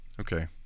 okay